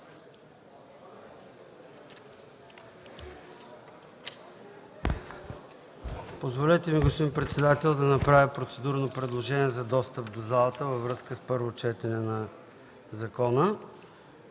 Позволете ми, господин председател, да направя процедурно предложение за достъп до залата във връзка с първо четене на закона